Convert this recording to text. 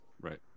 right